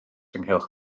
ynghylch